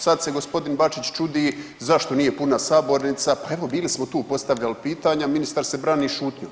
Sad se gospodin Bačić čudi zašto nije puna sabornica, pa evo bili smo tu postavljali pitanja, ministar se brani šutnjom.